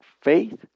faith